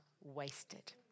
wasted